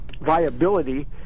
viability